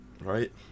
Right